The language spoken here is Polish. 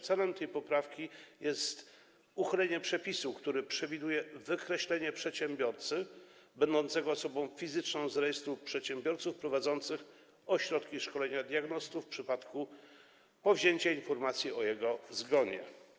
Celem tej poprawki jest uchylenie przepisu, który przewiduje wykreślenie przedsiębiorcy będącego osobą fizyczną z rejestru przedsiębiorców prowadzących ośrodki szkolenia diagnostów w przypadku powzięcia informacji o jego zgonie.